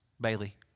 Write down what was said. Bailey